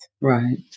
Right